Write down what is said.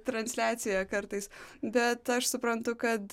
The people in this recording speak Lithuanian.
transliaciją kartais bet aš suprantu kad